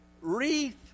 wreath